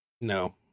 No